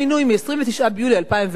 מ-29 ביולי 2004",